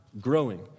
growing